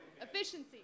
efficiency